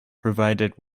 provided